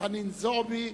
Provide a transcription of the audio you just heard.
וחנין זועבי,